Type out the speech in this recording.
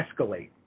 escalate